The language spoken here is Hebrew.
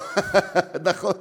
נכון.